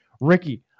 Ricky